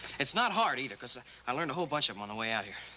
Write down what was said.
it's not hard either cause ah i learned a whole bunch of em on the way out here.